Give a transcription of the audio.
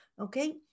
okay